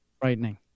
Frightening